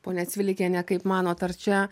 ponia cvilikiene kaip manot ar čia